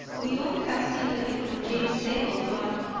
we all have sympathy for james zabel, but